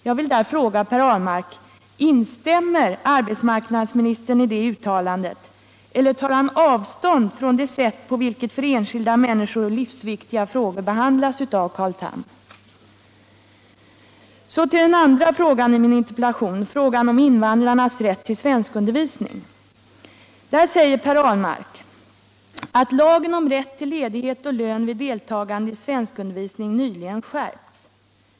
Jag vill fråga Per Ahlmark: Instämmer arbetsmarknadsministern i detta uttalande eller tar han avstånd från det sätt på vilket för enskilda människor livsviktiga frågor behandlas av Carl Tham? Så till den andra frågan i min interpellation, frågan om invandrarnas rätt till svenskundervisning. Där säger Per Ahlmark att lagen om rätt till ledighet och lön vid deltagande i svenskundervisning nyligen skärpts.